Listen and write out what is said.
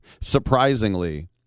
Surprisingly